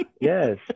Yes